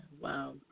Wow